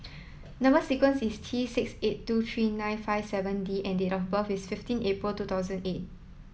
number sequence is T six eight two three nine five seven D and date of birth is fifteen April two thousand eight